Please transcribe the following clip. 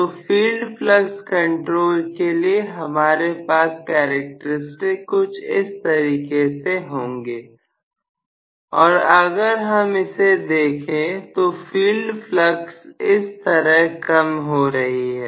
तो field flux control के लिए हमारे पास कैरेक्टर स्टिक कुछ इस तरीके से होंगे और अगर हम से देखें तो फील्ड फलक इस तरफ कम हो रही है